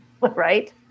right